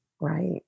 Right